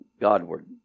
Godward